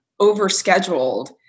overscheduled